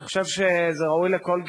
אני חושב שזה ראוי לכל גינוי,